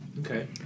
Okay